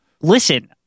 Listen